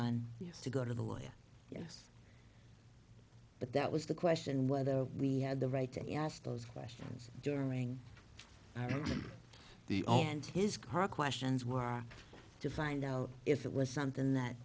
yes to go to the lawyer yes but that was the question whether we had the right to ask those questions during the all and his car questions were to find out if it was something that